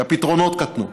כי הפתרונות קטנו.